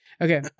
Okay